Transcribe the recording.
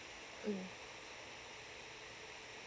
mm